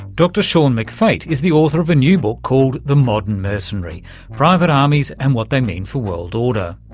dr sean mcfate is the author of a new book called the modern mercenary private armies and what they mean for world order.